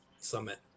summit